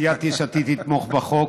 סיעת יש עתיד תתמוך בחוק,